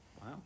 Wow